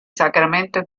sacramento